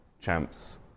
champs